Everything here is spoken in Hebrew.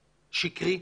שיקרי,